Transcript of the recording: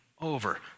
over